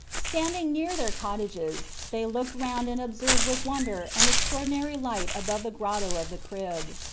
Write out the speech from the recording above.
standing near their cottages, they looked round and observed with wonder an extraordinary light above the grotto of the crib.